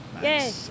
Yay